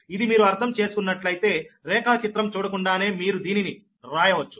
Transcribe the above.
ఇది మీరు అర్థం చేసుకున్నట్లయితే రేఖాచిత్రం చూడకుండానే మీరు దీనిని రాయవచ్చు